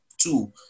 two